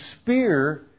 spear